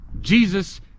Jesus